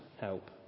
help